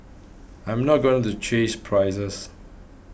I'm not going to chase prices